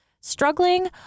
struggling